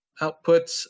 outputs